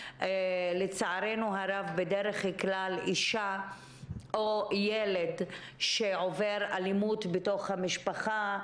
לצערנו הרב בדרך כלל לגבי אישה או ילד שעובר אלימות בתוך המשפחה,